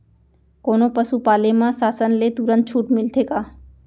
कोनो पसु पाले म शासन ले तुरंत छूट मिलथे का?